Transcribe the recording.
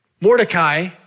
Mordecai